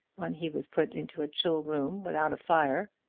when he was put into a chill room, without fire,